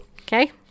Okay